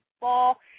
ball